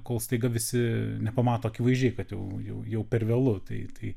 kol staiga visi nepamato akivaizdžiai kad jau jau jau per vėlu tai tai